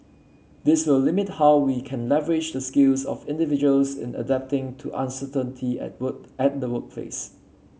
this will limit how we can leverage the skills of individuals in adapting to uncertainty at work at the workplace